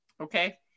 Okay